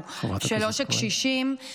של עושק קשישים -- חברת הכנסת כהן.